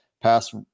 pass